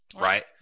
right